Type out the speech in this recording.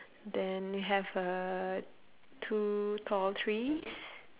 then we have uh two tall trees